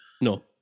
No